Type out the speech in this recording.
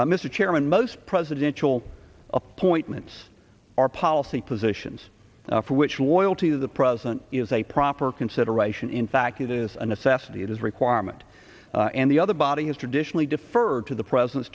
mr chairman most presidential appointments are policy positions for which loyalty to the president is a proper consideration in fact it is a necessity it is requirement and the other body has traditionally deferred to the president